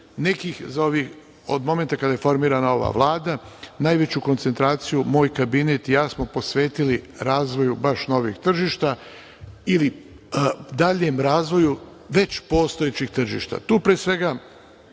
nova tržišta. Od momenta kada je formirana ova Vlada najveću koncentraciju moj Kabinet i ja smo posvetili razvoju baš novih tržišta ili daljem razvoju već postojećih tržišta. Tu, pre svega,